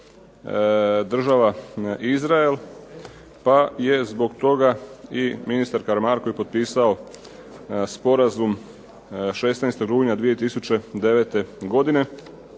Država Izrael pa je zbog toga i ministar Karamarko potpisao sporazum 16. rujna 2009. godine